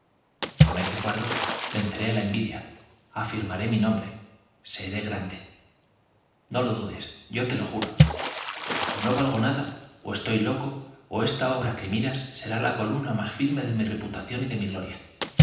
con este cuadro venceré á la envidia afirmaré mi nombre seré grande no lo ddes yo te lo juro ó no valgo nada ó estoy loco ó esta obra que miras será la columna más firme de mi reputación y de mi gloria